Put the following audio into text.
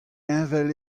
heñvel